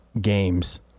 games